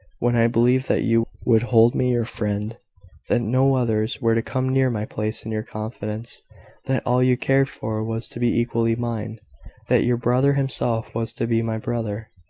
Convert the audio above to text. when i believed that you would hold me your friend that no others were to come near my place in your confidence that all you cared for was to be equally mine that your brother himself was to be my brother.